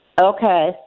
Okay